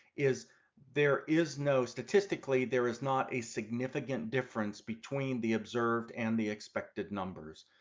is there is no statistically there is not a significant difference between the observed and the expected numbers.